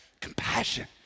compassion